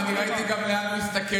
ואני גם ראיתי לאן הוא הסתכל.